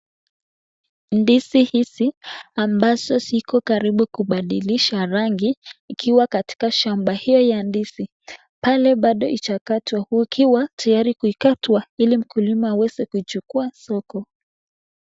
Ndizi hizi ambazo ziko karibu kubadilisha rangi, ikiwa katika shamba hiyo ya ndizi. Pale bado haijakatwa, ikiwa tayari kuikatwa ili mkulima aweze kuichukua soko.